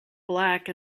black